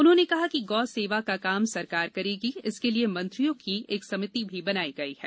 उन्होंने कहा कि गौ सेवा का काम सरकार करेगी इसके लिये मंत्रियों की एक समिति भी बनाई गई हैं